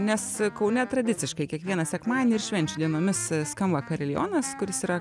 nes kaune tradiciškai kiekvieną sekmadienį ir švenčių dienomis skamba karilionas kuris yra